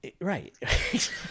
Right